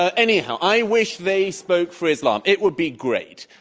anyhow, i wish they spoke for islam. it would be great.